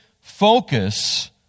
focus